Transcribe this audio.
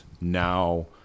Now